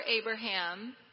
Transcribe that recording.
Abraham